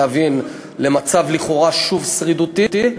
שוב למצב לכאורה שרידותי.